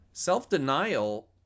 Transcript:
Self-denial